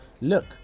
Look